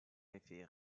effet